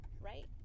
right